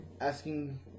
asking